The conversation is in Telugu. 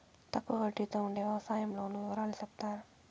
తక్కువ వడ్డీ తో ఉండే వ్యవసాయం లోను వివరాలు సెప్తారా?